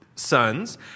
Sons